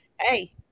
Hey